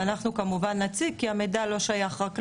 ואנחנו כמובן נציג אותו כי המידע לא שייך רק לנו,